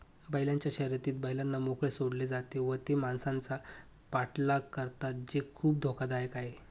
बैलांच्या शर्यतीत बैलांना मोकळे सोडले जाते व ते माणसांचा पाठलाग करतात जे खूप धोकादायक आहे